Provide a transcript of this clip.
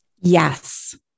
Yes